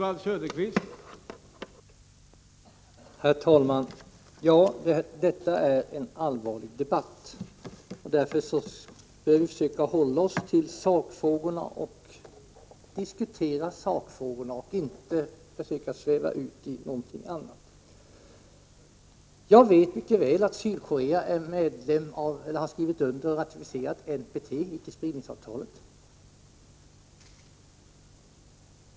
Herr talman! Ja, det här är en allvarlig debatt. Därför bör vi försöka hålla oss till sakfrågorna och diskutera dessa. Vi skall inte försöka sväva ut i diskussioner om någonting annat. Jag vet mycket väl att Sydkorea har ratificerat NPT, dvs. icke-spridningsavtalet.